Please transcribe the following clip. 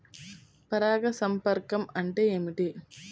పరాగ సంపర్కం అంటే ఏమిటి?